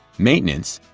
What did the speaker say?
maintenance,